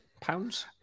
pounds